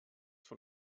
von